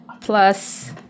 plus